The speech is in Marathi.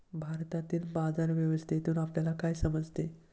भारतातील बाजार व्यवस्थेतून आपल्याला काय समजते?